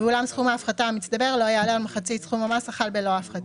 ואולם סכום ההפחתה המצטבר לא יעלה על מחצית סכום המס החל בלא ההפחתות".